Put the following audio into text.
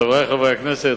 חברי חברי הכנסת,